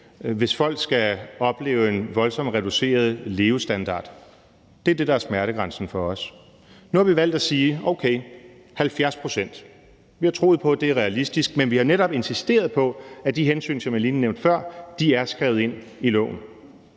hvis folk skal opleve en voldsomt reduceret levestandard. Det er det, der er smertegrænsen for os. Nu har vi valgt at sige: Okay, 70 pct. Vi har troet på, at det er realistisk, men vi har netop insisteret på, at de hensyn, som jeg lige nævnte før, er skrevet ind i loven.